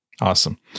Awesome